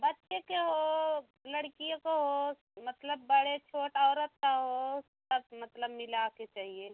बच्चे का हो लड़कियों का हो मतलब बड़े छोटे औरत का हो सब मतलब मिला कर चाहिए